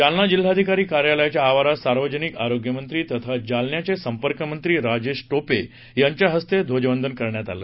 जालना जिल्हाधिकारी कार्यालयाच्या आवारात सार्वजनिक आरोग्य मंत्री तथा जालन्याचे संपर्कमंत्री राजेश टोपे यांच्या हस्ते ध्वजवंदन करण्यात आलं